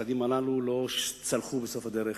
הצעדים הללו לא צלחו בסוף הדרך,